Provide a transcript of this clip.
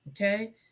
okay